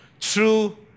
true